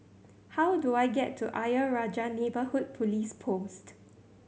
how do I get to Ayer Rajah Neighbourhood Police Post